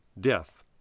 Death